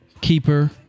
keeper